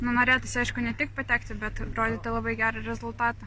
nu norėtųsi aišku ne tik patekti bet rodyti labai gerą rezultatą